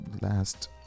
last